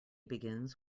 begins